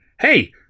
Hey